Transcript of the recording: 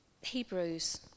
Hebrews